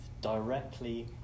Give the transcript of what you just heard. Directly